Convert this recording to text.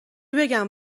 بگم